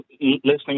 listening